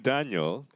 Daniel